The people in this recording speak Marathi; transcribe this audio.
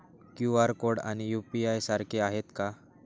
क्यू.आर कोड आणि यू.पी.आय सारखे आहेत का?